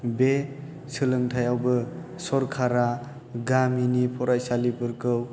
बे सोलोंथाइयावबो सरखारा गामिनि फरायसालिफोरखौ